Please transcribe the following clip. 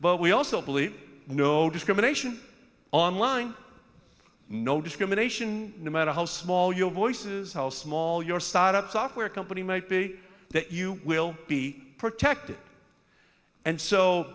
but we also believe no discrimination online no discrimination no matter how small your voices how small your side of software company might be that you will be protected and so